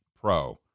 pro